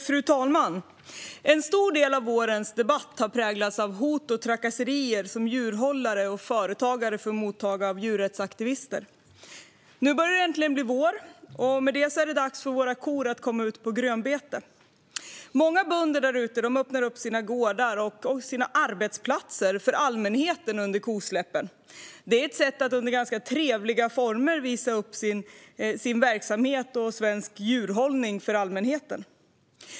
Fru talman! En stor del av vårens debatt har präglats av hot och trakasserier som djurhållare och företagare utsätts för av djurrättsaktivister. Nu börjar det äntligen bli vår. Med det är det dags för våra kor att komma ut på grönbete. Många bönder öppnar sina gårdar och arbetsplatser för allmänheten under kosläppen. Det är ett sätt att under ganska trevliga former visa upp sin verksamhet och svensk djurhållning för allmänheten.